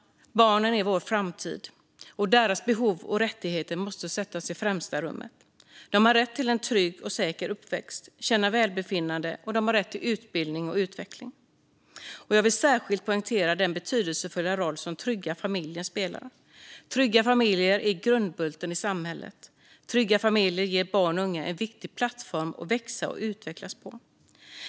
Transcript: Barnen är vår framtid, och deras behov och rättigheter måste sättas i främsta rummet. De har rätt till en trygg och säker uppväxt, rätt att känna välbefinnande och rätt till utbildning och utveckling. Jag vill särskilt poängtera den betydelsefulla roll som trygga familjer spelar. Trygga familjer är grundbulten i samhället. Trygga familjer ger barn och unga en viktig plattform att växa och utvecklas på.